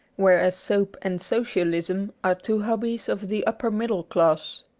whereas soap and socialism are two hobbies of the upper middle class.